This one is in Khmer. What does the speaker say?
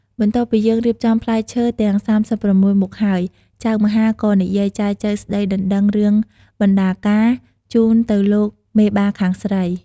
បន្ទាប់ពីយើងរៀបចំផ្លែឈើទាំង៣៦មុខហើយ ចៅមហាក៏និយាយចែចូវស្តីដណ្តឹងរឿងបណ្តាការជូនទៅលោកមេបាខាងស្រី។